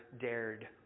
dared